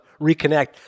reconnect